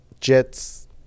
jets